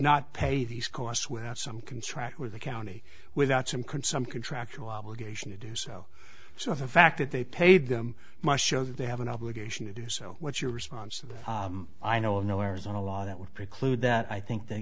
not pay these costs without some contract with the county without some can some contractual obligation to do so so the fact that they paid them must show that they have an obligation to do so what's your response to that i know of no arizona law that would preclude that i think th